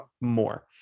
more